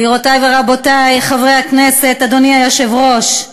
גבירותי ורבותי, חברי הכנסת, אדוני היושב-ראש,